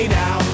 now